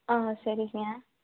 ஆ சரிங்க